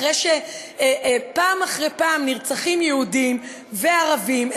אחרי שפעם אחרי פעם נרצחים יהודים וערבים,